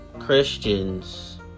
Christians